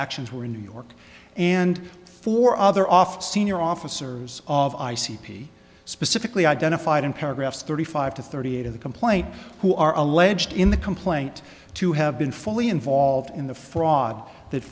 actions were in new york and four other off senior officers of i c p specifically identified in paragraphs thirty five to thirty eight of the complaint who are alleged in the complaint to have been fully involved in the fraud that